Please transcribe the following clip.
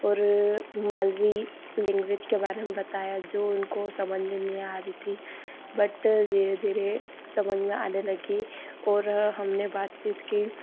और मालवी लैंग्वेज के बारे में बताया जो उनको समझ में नहीं आ रही थी बट धीरे धीरे समझ में आने लगी और हमने बातचीत की